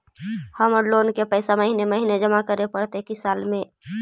हमर लोन के पैसा महिने महिने जमा करे पड़तै कि साल में?